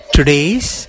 Today's